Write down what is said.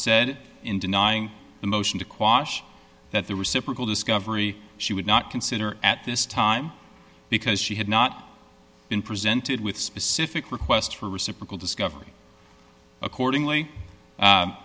said in denying the motion to quash that the reciprocal discovery she would not consider at this time because she had not been presented with specific request for reciprocal discovery accordingly